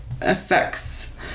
affects